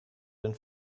den